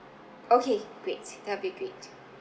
okay great that'll be great